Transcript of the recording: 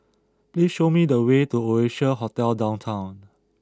please show me the way to Oasia Hotel Downtown